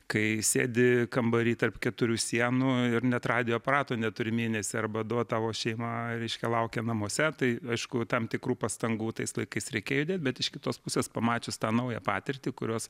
kai sėdi kambary tarp keturių sienų ir net radijo aparato neturi mėnesį arba du o tavo šeima reiškia laukia namuose tai aišku tam tikrų pastangų tais laikais reikėjo bet iš kitos pusės pamačius tą naują patirtį kurios